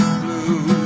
blue